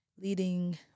leading